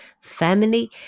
family